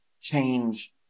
change